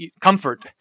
Comfort